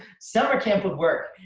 summer camp would work.